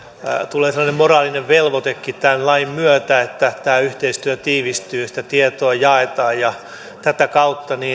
tulee semmoinen moraalinen velvoitekin tämän lain myötä että yhteistyö tiivistyy ja tietoa jaetaan tätä kautta